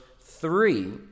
three